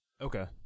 Okay